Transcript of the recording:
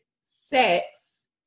sex